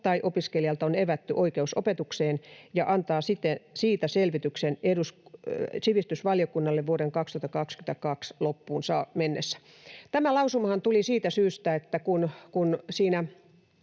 tai opiskelijalta on evätty oikeus opetukseen, ja antaa siitä selvityksen sivistysvaliokunnalle vuoden 2022 loppuun mennessä.” Tämä lausumahan tuli siitä syystä, että kun kävimme